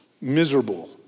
Miserable